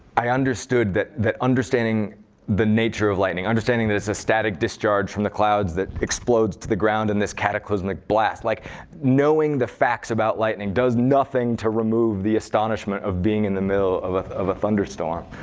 i understood that that understanding the nature of lightning, understanding that it's a static discharge from the clouds that explodes to the ground in this cataclysmic blast like knowing the facts about lightning does nothing to remove the astonishment of being in the middle of of a thunderstorm.